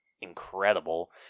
incredible